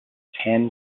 tan